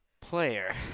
player